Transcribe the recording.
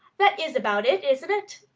that is about it, isn't it?